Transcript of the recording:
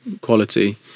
quality